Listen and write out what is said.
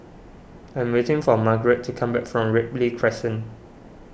I am waiting for Margaret to come back from Ripley Crescent